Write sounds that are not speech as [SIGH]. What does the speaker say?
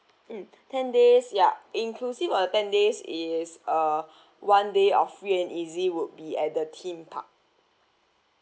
mm [BREATH] ten days yup inclusive a ten days is uh [BREATH] one day of free and easy would be at the theme park